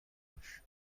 باش